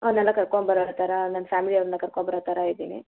ಅವ್ರನ್ನೆಲ್ಲ ಕರ್ಕೊಂಡ್ಬರೋ ಥರ ನನ್ನ ಫ್ಯಾಮಿಲಿ ಅವ್ರನ್ನ ಕರ್ಕೊಂಡ್ಬರೋ ಥರ ಇದ್ದೀನಿ